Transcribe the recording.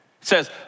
says